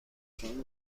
شما